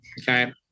Okay